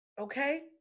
okay